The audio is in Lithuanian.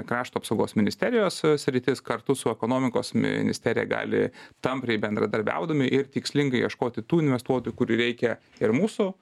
krašto apsaugos ministerijos sritis kartu su ekonomikos ministerija gali tampriai bendradarbiaudami ir tikslingai ieškoti tų investuotojų kurių reikia ir mūsų